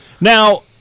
Now